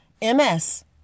MS